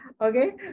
okay